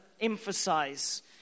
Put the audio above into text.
emphasize